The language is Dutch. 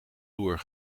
loer